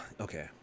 Okay